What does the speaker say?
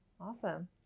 awesome